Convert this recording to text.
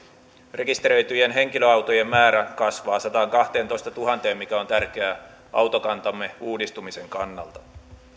rekisteröityjen henkilöautojen määrä kasvaa sataankahteentoistatuhanteen mikä on tärkeää autokantamme uudistumisen kannalta